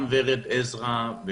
גם ורד עזרה,